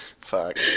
Fuck